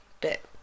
bit